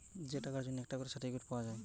যে টাকার জন্যে একটা করে সার্টিফিকেট পাওয়া যায়